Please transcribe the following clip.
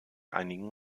einigen